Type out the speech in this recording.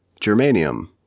germanium